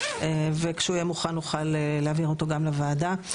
וכשהוא יהיה מוכן נוכל להעביר אותו גם לוועדה.